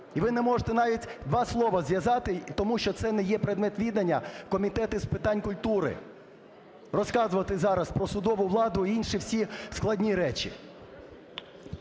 І ви не можете навіть два слова зв'язати, тому що це не є предмет відання Комітету з питань культури, розказувати зараз про судову владу і інші всі складні речі.